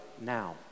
now